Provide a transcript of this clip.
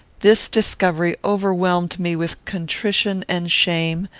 this discovery overwhelmed me with contrition and shame,